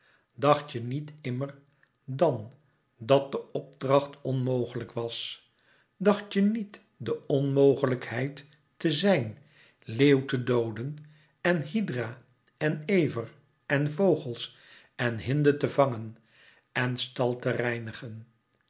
dacht je niet immer dan dat de opdracht onmogelijkheid was dacht je niet de onmogelijkheid te zijn leeuw te dooden en hydra en ever en vogels en hinde te vangen en stal te reinigen